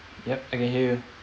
yup I can hear you